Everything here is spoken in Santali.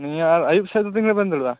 ᱱᱤᱭᱟ ᱟᱨ ᱟ ᱭᱩᱵ ᱥᱮᱫ ᱫᱚ ᱛᱤᱱᱨᱮᱵᱮᱱ ᱫᱩᱲᱩᱵ ᱟ